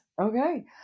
Okay